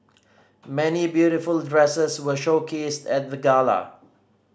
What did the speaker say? many beautiful dresses were showcased at the gala